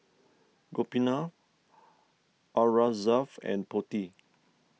Gopinath Aurangzeb and Potti